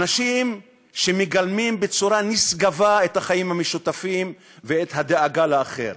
אנשים שמגלמים בצורה נשגבה את החיים המשותפים ואת הדאגה לאחר.